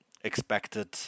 expected